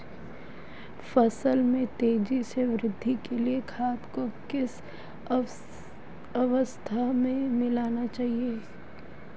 फसल में तेज़ी से वृद्धि के लिए खाद को किस अवस्था में मिलाना चाहिए?